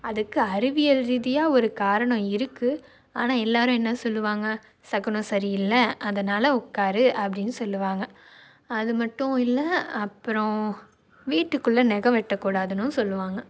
அதுக்கு அறிவியல் ரீதியாக ஒரு காரணம் இருக்குது ஆனால் எல்லோரும் என்ன சொல்லுவாங்க சகுனம் சரி இல்லை அதனால் உட்காரு அப்படின்னு சொல்லுவாங்க அது மட்டும் இல்லை அப்புறோம் வீட்டுக்குள்ளே நகம் வெட்ட கூடாதுனும் சொல்லுவாங்க